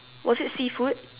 was it seafood